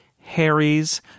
Harry's